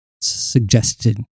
suggested